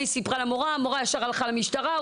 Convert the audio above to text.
היא סיפרה למורה והמורה ישר הלכה למשטרה,